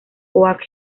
oak